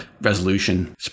resolution